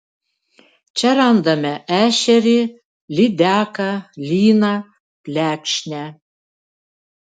čia randame ešerį lydeką lyną plekšnę